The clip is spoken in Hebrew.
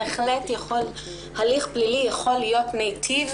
בהחלט הליך פלילי יכול להיות מיטיב,